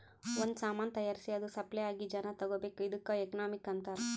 ಒಂದ್ ಸಾಮಾನ್ ತೈಯಾರ್ಸಿ ಅದು ಸಪ್ಲೈ ಆಗಿ ಜನಾ ತಗೋಬೇಕ್ ಇದ್ದುಕ್ ಎಕನಾಮಿ ಅಂತಾರ್